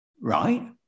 Right